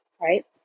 right